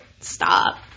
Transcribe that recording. Stop